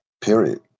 Period